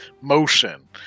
motion